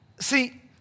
See